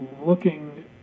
looking